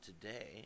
today